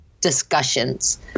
discussions